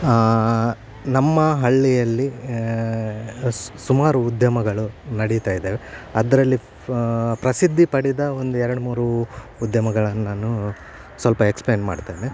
ನಮ್ಮ ಹಳ್ಳಿಯಲ್ಲಿ ಸುಮಾರು ಉದ್ಯಮಗಳು ನಡಿತಾ ಇದ್ದಾವೆ ಅದರಲ್ಲಿ ಪ್ರಸಿದ್ಧಿ ಪಡೆದ ಒಂದು ಎರಡು ಮೂರು ಉದ್ಯಮಗಳನ್ನು ನಾನು ಸ್ವಲ್ಪ ಎಕ್ಸ್ಪ್ಲೇನ್ ಮಾಡ್ತೇನೆ